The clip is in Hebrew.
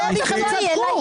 להפך, הם צדקו.